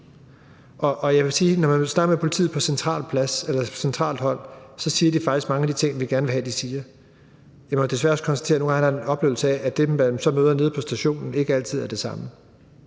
når man taler med politiet fra centralt hold, siger de faktisk mange af de ting, vi gerne vil have. Men jeg må desværre også konstatere, at der nogle gange er en oplevelse af, at dem, som man så møder nede på stationen, ikke altid siger det samme.